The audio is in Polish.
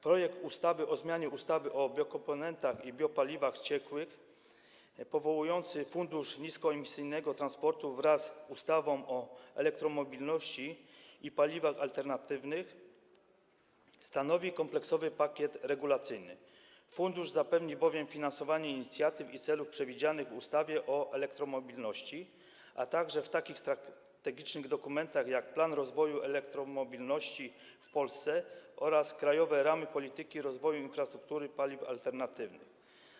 Projekt ustawy o zmianie ustawy o biokomponentach i biopaliwach ciekłych powołujący Fundusz Niskoemisyjnego Transportu wraz z ustawą o elektromobilności i paliwach alternatywnych stanowi kompleksowy pakiet regulacyjny, fundusz zapewni bowiem finansowanie inicjatyw i celów przewidzianych w ustawie o elektromobilności, a także w takich strategicznych dokumentach jak „Plan rozwoju elektromobilności w Polsce” oraz „Krajowe ramy polityki rozwoju infrastruktury paliw alternatywnych”